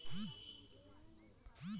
सुपारी खाकर थूखने से अनावश्यक गंदगी फैलती है